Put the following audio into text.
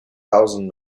thousand